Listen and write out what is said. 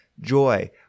joy